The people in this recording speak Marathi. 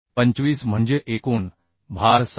25 म्हणजे एकूण भार 17